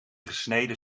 gesneden